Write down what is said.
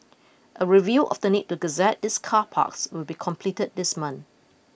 a review of the need to gazette these car parks will be completed this month